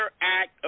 act